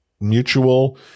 mutual